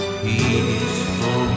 peaceful